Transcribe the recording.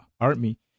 army